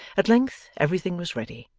at length, everything was ready,